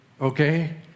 okay